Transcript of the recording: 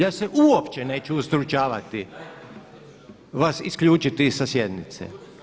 Ja se uopće neću ustručavati vas isključiti sa sjednice.